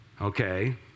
Okay